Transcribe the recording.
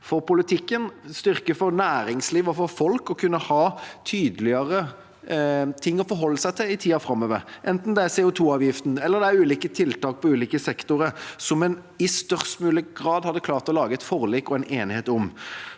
for politikken, en styrke for næringsliv og for folk, å kunne ha tydeligere ting å forholde seg til i tida framover – enten det er CO2-avgiften eller det er ulike tiltak på ulike sektorer som en i størst mulig grad hadde klart å lage et forlik og en enighet om.